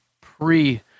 pre